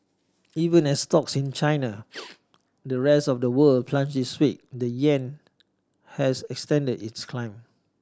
even as stocks in China the rest of the world plunged this week the yuan has extended its climb